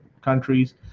countries